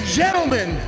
gentlemen